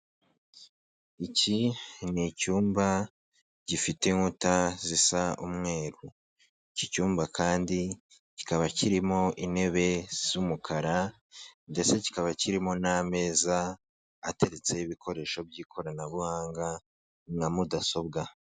Iki ni icyumba, gifite inkuta zisa umweru. Iki cyumba kandi, kikaba kirimo intebe z'umukara, ndetse kikaba kirimo n'ameza, ateretse ibikoresho by'ikoranabuhanga, nka mudasobwa.